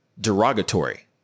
derogatory